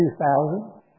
2000